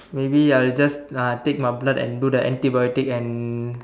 maybe I'll just ah take my blood and do the anti biotic and